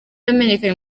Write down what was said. yamenyekanye